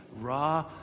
raw